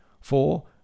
four